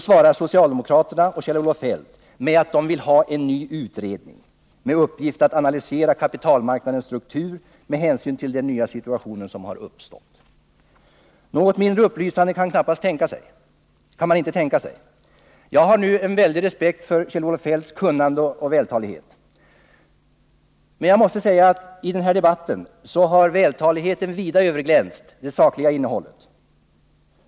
svarar socialdemokraterna och Kjell-Olof Feldt att de vill ha en ny utredning med uppgift att analysera kapitalmarknadens struktur med hänsyn till den nya situation som uppstått. Något mindre upplysande kan man inte tänka sig. Jag har en väldig respekt för Kjell-Olof Feldts kunnande och vältalighet. Men jag måste säga att i den här debatten har vältaligheten vida överglänst det sakliga innehållet.